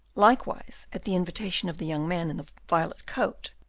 likewise at the invitation of the young man in the violet coat,